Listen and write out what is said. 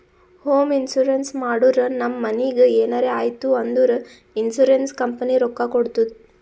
home insurance ಮಾಡುರ್ ನಮ್ ಮನಿಗ್ ಎನರೇ ಆಯ್ತೂ ಅಂದುರ್ ಇನ್ಸೂರೆನ್ಸ್ ಕಂಪನಿ ರೊಕ್ಕಾ ಕೊಡ್ತುದ್